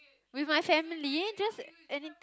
with my family just any